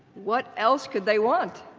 what else could they want?